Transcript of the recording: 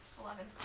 Eleven